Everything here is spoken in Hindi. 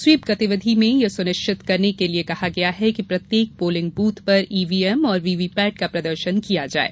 स्वीप गतिविधि में यह सुनिश्चित करने के लिये कहा गया है कि प्रत्येक पोलिंग बूथ पर ईवीएम और वीवीपेट का प्रदर्शन किया जाये